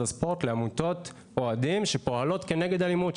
הספורט לעמותות אוהדים שפועלות כנגד אלימות,